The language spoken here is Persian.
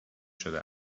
شده